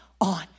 on